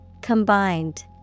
Combined